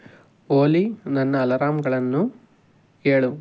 ಓಲಿ ನನ್ನ ಅಲಾರಮ್ಗಳನ್ನು ಹೇಳು